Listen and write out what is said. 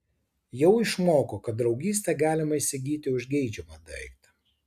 jau išmoko kad draugystę galima įsigyti už geidžiamą daiktą